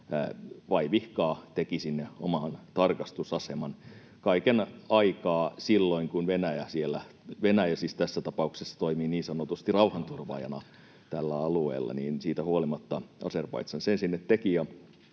vaivihkaa teki sinne oman tarkastusaseman, kun kaiken aikaa Venäjä oli siellä. Venäjä siis tässä tapauksessa toimi niin sanotusti rauhanturvaajana tällä alueella, ja siitä huolimatta Azerbaidžan sen sinne teki.